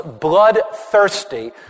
bloodthirsty